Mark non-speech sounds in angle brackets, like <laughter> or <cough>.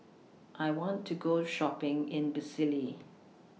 I want to Go Shopping in <unintelligible>